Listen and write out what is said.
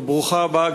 וברוכה הבאה,